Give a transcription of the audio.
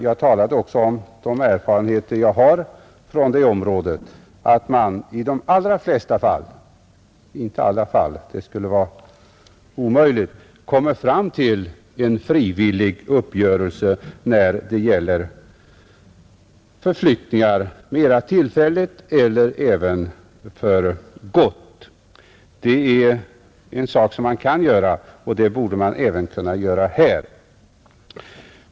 Jag talade också om de erfarenheter jag har från det området, nämligen att man i de allra flesta fall — inte samtliga, det skulle vara omöjligt — kan komma fram till en frivillig uppgörelse när det gäller förflyttningar mer tillfälligt och även för längre tid.